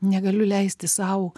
negaliu leisti sau